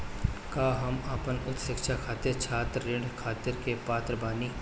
का हम अपन उच्च शिक्षा खातिर छात्र ऋण खातिर के पात्र बानी?